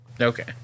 Okay